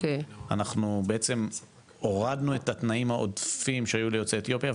אנחנו בעצם הורדנו את התנאים העודפים שהיו ליוצאי אתיופיה,